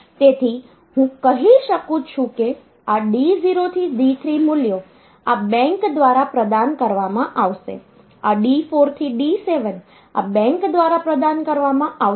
તેથી હું કહી શકું છું કે આ D0 થી D3 મૂલ્યો આ બેંક દ્વારા પ્રદાન કરવામાં આવશે આ D4 થી D7 આ બેંક દ્વારા પ્રદાન કરવામાં આવશે